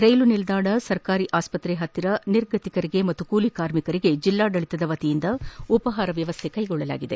ಕೈಲು ನಿಲ್ದಾಣ ಸರ್ಕಾರಿ ಆಸ್ಪತ್ರೆ ಸಮೀಪ ನಿರ್ಗತಿಕರಿಗೆ ಮತ್ತು ಕೂಲಿ ಕಾರ್ಮಿಕರಿಗೆ ಜೆಲ್ಲಾಡಳಿತ ವತಿಯಿಂದ ಉಪಹಾರ ವ್ಯವಸ್ಥೆ ಮಾಡಲಾಗಿದೆ